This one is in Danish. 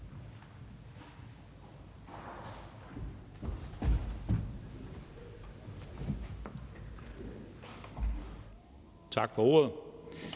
Tak for ordet.